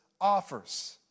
offers